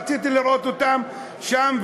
רציתי לראות אותם שם,